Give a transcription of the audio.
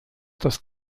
dass